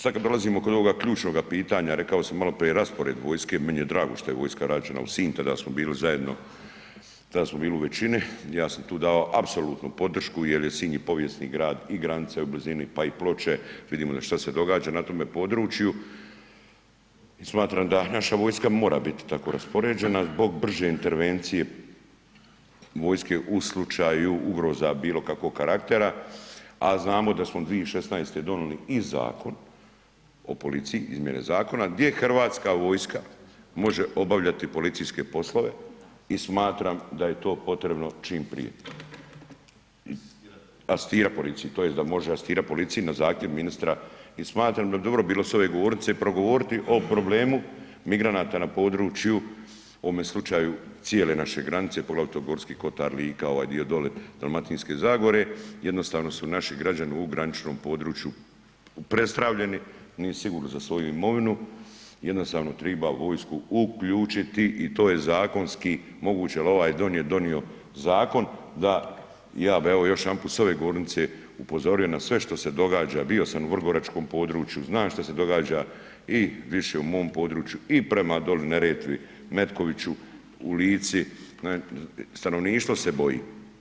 Sad kad prelazimo kod ovoga ključnoga pitanja, rekao sam maloprije, raspored vojske, meni je drago šta je vojska vraćena u Sinj, tada smo bili zajedno, tada smo bili u većini, ja sam tu dao apsolutnu podršku jer je Sinj i povijesni grad i granica je u blizini pa i Ploče, vidimo šta se događa na tome području, smatram da naša vojska mora biti tako raspoređena zbog brže intervencije vojske u slučaju ugroza bilokakvog karaktera a znamo da smo 2016. donijeli i Zakon o policiji, izmjene zakona gdje hrvatska vojska može obavljati policijske poslove i smatram da je to potrebno čim prije. … [[Upadica sa strane, ne razumije se.]] Asistirat policiji, tj. da može asistirat policiji na zahtjev ministra i smatram da bi dobro bilo s ove govornice progovoriti o problemu migranata na području u ovome slučaju cijele naše granice, poglavito G. kotar, Lika, ovaj dio dole Dalmatinske zagore, jednostavno su naši građani u graničnom području prestravljeni, nisu sigurni za svoju imovinu, jednostavno treba vojsku uključiti i to je zakonski moguće jer ovaj dom je donio zakon da, ja bi evo još jedanput s ove govornice upozorio na sve što se događa, bio sam u vrgoračkom području, znam šta se događa i više u mom području i prema dole Neretvi, Metkoviću, u Lici, stanovništvo se boji.